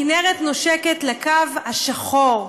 הכינרת נושקת לקו השחור,